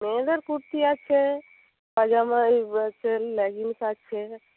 মেয়েদের কুর্তি আছে পাজামা এই সেল লেগিংস আছে